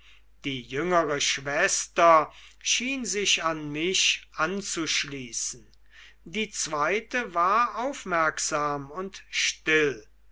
die jüngere schwester schien sich an mich anzuschließen die zweite war aufmerksam und still